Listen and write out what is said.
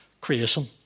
creation